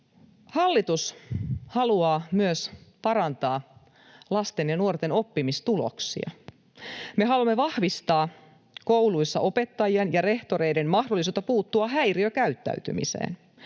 Hallitus haluaa myös parantaa lasten ja nuorten oppimistuloksia. Me haluamme vahvistaa kouluissa opettajien ja rehtoreiden mahdollisuutta puuttua häiriökäyttäytymiseen,